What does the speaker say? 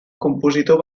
compositor